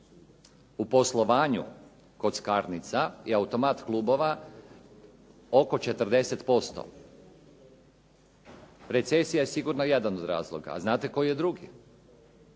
u radu kockarnica i automat klubova oko 40%. Recesija je sigurno jedan od razloga, a znate koji je drugi?